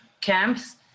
camps